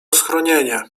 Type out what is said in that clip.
schronienie